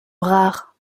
rares